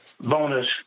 bonus